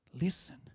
listen